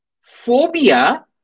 Phobia